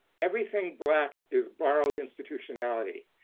everything black is borrowed institutionality.